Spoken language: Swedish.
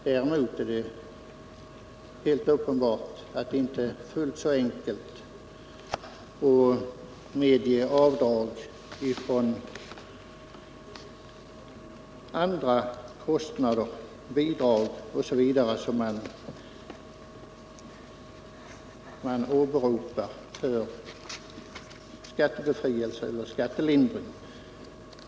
Däremot är det helt uppenbart att det inte är fullt så enkelt att medge avdrag i fråga om andra kostnader, bidrag osv. som åberopas för skattebefrielse eller skattelindring.